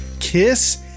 Kiss